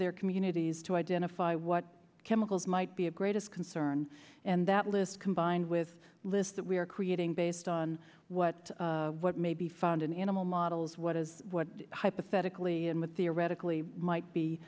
their communities to identify what chemicals might be a greatest concern and that list combined with lists that we are creating based on what what may be found in animal models what is what hypothetically and with theoretically might be